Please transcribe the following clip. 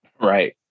Right